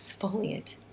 exfoliant